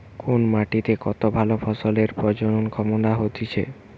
কোন মাটিতে কত ভালো ফসলের প্রজনন ক্ষমতা হতিছে